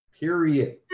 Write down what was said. Period